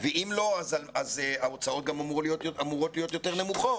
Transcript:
ואם לא, אז ההוצאות אמורות להיות נמוכות יותר.